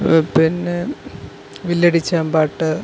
പിന്നെ വില്ലടിച്ചാം പാട്ട്